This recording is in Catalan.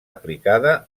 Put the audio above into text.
aplicada